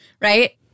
right